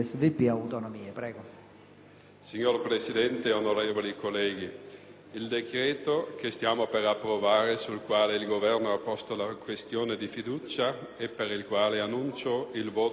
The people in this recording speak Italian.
Signor Presidente, onorevoli colleghi, il decreto che stiamo per approvare, sul quale il Governo ha posto la questione di fiducia, e per il quale annuncio il voto contrario del Gruppo